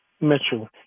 Mitchell